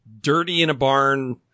dirty-in-a-barn